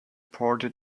party